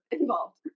involved